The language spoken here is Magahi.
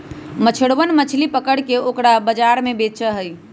मछुरवन मछली पकड़ के ओकरा बाजार में बेचा हई